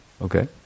okay